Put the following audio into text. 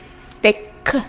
thick